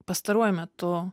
pastaruoju metu